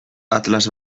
atlas